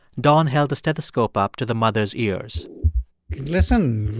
don held the stethoscope up to the mother's ears listen.